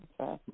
Okay